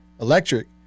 electric